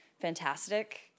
fantastic